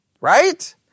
Right